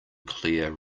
clear